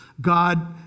God